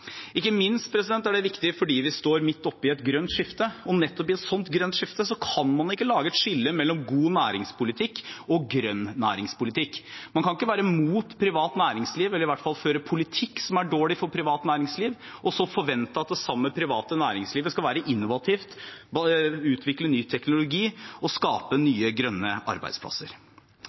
Ikke minst er det viktig fordi vi står midt oppe i et grønt skifte, og nettopp i et slikt grønt skifte kan man ikke lage et skille mellom god næringspolitikk og grønn næringspolitikk. Man kan ikke være imot privat næringsliv, eller i hvert fall føre en politikk som er dårlig for privat næringsliv, og så forvente at det samme private næringslivet skal være innovativt, utvikle ny teknologi og skape nye grønne arbeidsplasser.